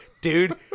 Dude